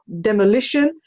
demolition